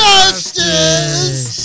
Justice